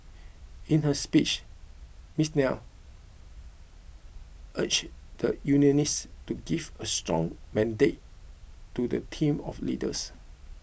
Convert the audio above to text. in her speech Miss Nair urged the unionists to give a strong mandate to the team of leaders